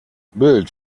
bild